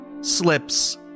slips